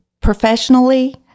professionally